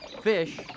fish